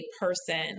person